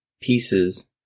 pieces